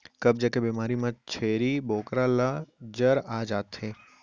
कब्ज के बेमारी म छेरी बोकरा ल जर आ जाथे